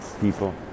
people